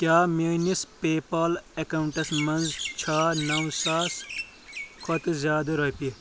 کیٛاہ میٲنِس PayPal accounts منٛز چھا نَو ساس کھۄتہٕ زِیٛادٕ رۄپیہِ